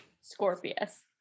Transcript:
Scorpius